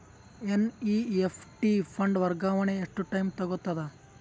NEFT fund ವರ್ಗಾವಣೆ ಎಷ್ಟ time ತೋಗೊತದ?